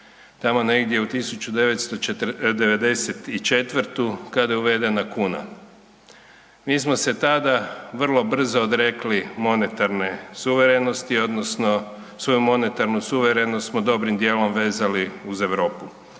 tamo negdje u 1994. kada je uvedena kuna. Mi smo se tada vrlo brzo odrekli monetarne suverenosti odnosno svoju monetarnu suverenost smo dobrim dijelom vezali uz Europu.